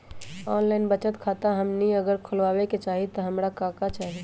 Online बचत खाता हमनी अगर खोले के चाहि त हमरा का का चाहि?